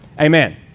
amen